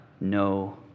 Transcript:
no